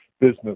business